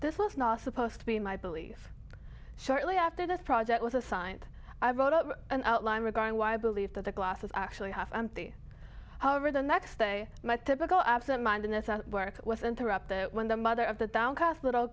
this was not supposed to be my belief shortly after this project was assigned i vote up an outline regarding why i believe that the glass is actually half empty however the next day my typical absent mindedness i work with interrupted when the mother of the downcast little